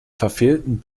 verfehlten